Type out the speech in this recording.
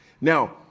Now